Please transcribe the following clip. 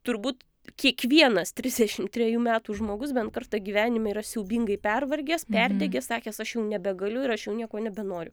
turbūt kiekvienas trisdešim trejų metų žmogus bent kartą gyvenime yra siaubingai pervargęs perdegęs sakęs aš jau nebegaliu ir aš jau nieko nebenoriu